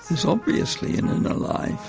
there's obviously an inner life.